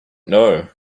know